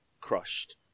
crushed